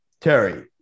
Terry